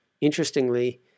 Interestingly